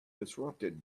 disrupted